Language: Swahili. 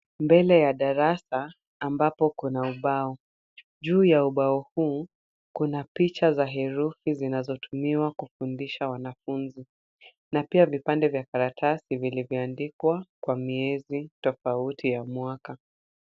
Mbele ya darasa ambapo kuna ubao. Juu ya ubao huu, kuna picha za herufi zinazotumiwa kufundisha wanafunzi na pia vipande vya karatasi vilivyoandikwa kwa miezi tofauti ya mwaka.